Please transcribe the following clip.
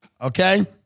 okay